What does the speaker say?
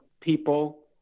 people